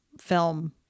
film